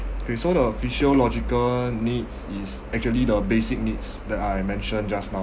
kay so the physiological needs is actually the basic needs that I mentioned just now